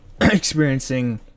experiencing